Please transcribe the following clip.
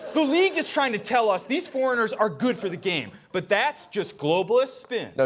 the league is trying to tell us these foreigners are good for the game, but that's just globalist spin.